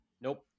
Nope